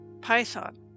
Python